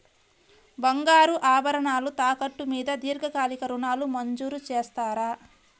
బంగారు ఆభరణాలు తాకట్టు మీద దీర్ఘకాలిక ఋణాలు మంజూరు చేస్తారా?